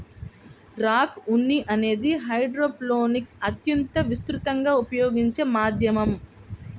rock ఉన్ని అనేది హైడ్రోపోనిక్స్లో అత్యంత విస్తృతంగా ఉపయోగించే మాధ్యమం